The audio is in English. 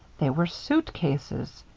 they were suitcases!